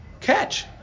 Catch